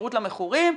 השירות למכורים,